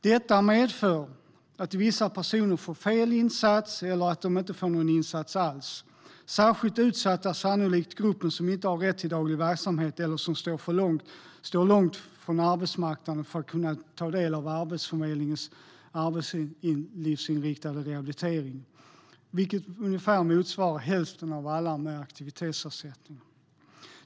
Detta medför att vissa personer får fel insats eller att de inte får någon insats alls. Särskilt utsatt är sannolikt gruppen som inte har rätt till daglig verksamhet eller som står långt från arbetsmarknaden för att kunna ta del av Arbetsförmedlingens arbetslivsinriktade rehabilitering, vilket motsvarar ungefär hälften av alla med aktivitetsersättning.